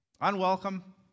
unwelcome